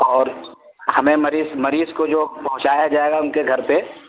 اور ہمیں مریض مریض کو جو پہنچایا جائے گا ان کے گھر پہ